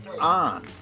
on